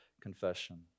confession